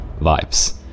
vibes